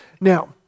Now